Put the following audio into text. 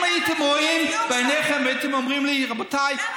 אם הייתם רואים בעיניכם והייתם אומרים לי: רבותיי,